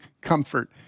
comfort